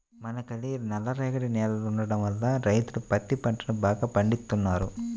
మనకల్లి నల్లరేగడి నేలలుండటం వల్ల రైతులు పత్తి పంటని బాగా పండిత్తన్నారు